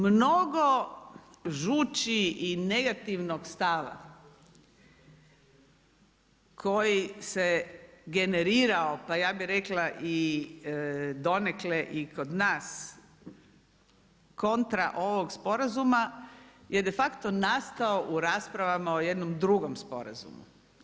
Mnogo žuči i negativnog stava koji se generirao, pa ja bi rekla i donekle i kod nas kontra ovog sporazuma, je de facto nastao u raspravama o jednom drugom sporazumu.